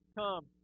come